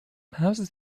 houses